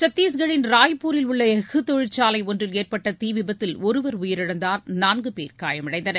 சத்திஷ்கரின் ராய்ப்பூரில் உள்ள எஃஃகு தொழிற்சாலை ஒன்றில் ஏற்பட்ட தீர்விபத்தில் ஒருவர் உயிரிழந்தார் நான்கு பேர் காயமடைந்தனர்